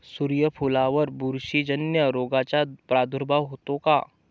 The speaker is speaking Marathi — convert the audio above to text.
सूर्यफुलावर बुरशीजन्य रोगाचा प्रादुर्भाव होतो का?